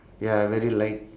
ya very light